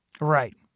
Right